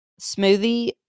smoothie